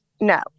No